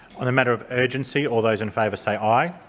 on the matter of urgency, all those in favour say aye.